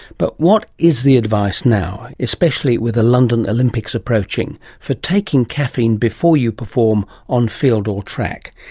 but what is the advice now, especially with the london olympics approaching, for taking caffeine before you perform on field or track.